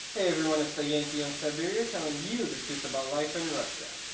hey everyone it's the yankee in siberia telling you the truth about life in russia.